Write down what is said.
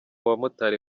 bamotari